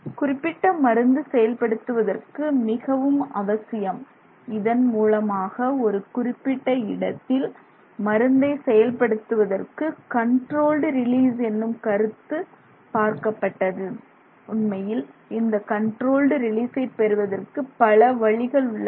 குறிப்பிட்ட மருந்து செயல்படுத்துவதற்கு மிகவும் அவசியம் இதன் மூலமாக ஒரு குறிப்பிட்ட இடத்தில் மருந்தை செயல்படுவதற்கு கண்ட்ரோல்டு ரிலீஸ் எனும் கருத்து பார்க்கப்பட்டது உண்மையில் இந்த கண்ட்ரோல்டு ரிலீசை பெறுவதற்கு பல வழிகள் உள்ளன